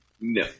No